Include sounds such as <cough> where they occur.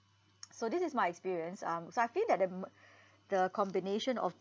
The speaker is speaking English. <noise> so this is my experience um so I feel that the mm the combination of